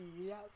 yes